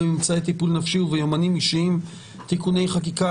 בממצאי טיפול נפשי וביומנים אישיים (תיקוני חקיקה),